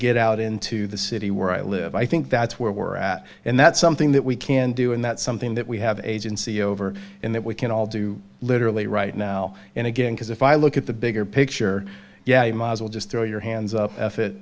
get out into the city where i live i think that's where we're at and that's something that we can do and that's something that we have agency over in that we can all do literally right now and again because if i look at the bigger picture yeah you might as well just throw your hands up if it